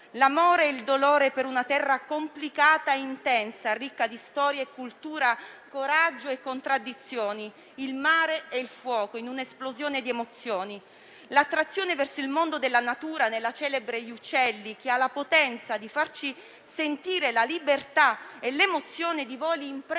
l'amore e il dolore per una terra complicata e intensa, ricca di storia e cultura, coraggio e contraddizioni, il mare e il fuoco in un'esplosione di emozioni. L'attrazione verso il mondo della natura si percepisce nella celebre «Gli uccelli», che ha la potenza di farci sentire la libertà e l'emozione di voli imprevedibili